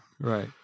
Right